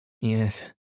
Yes